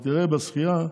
ותראה, בשחייה,